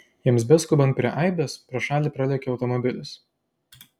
jiems beskubant prie aibės pro šalį pralėkė automobilis